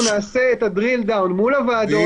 אנחנו נעשה את ה-drill down מול הוועדות,